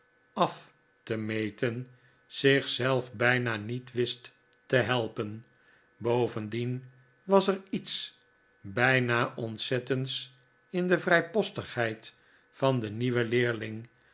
af te meten zich zelf bijna niet wist te helpen bovendien was er iets bijna ontzettends in de vrijpostigheid van den nieuwen leerling